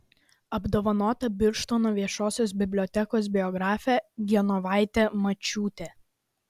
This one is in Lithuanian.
apdovanota birštono viešosios bibliotekos bibliografė genovaitė mačiūtė